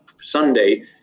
Sunday